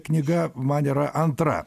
knyga man yra antra